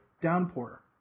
Downpour